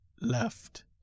left